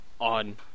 on